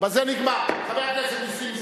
חברת הכנסת רגב,